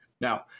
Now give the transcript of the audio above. now